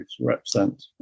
represent